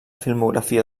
filmografia